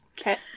Okay